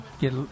get